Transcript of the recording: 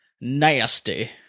Nasty